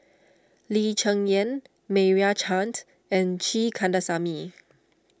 Lee Cheng Yan Meira Chand and G Kandasamy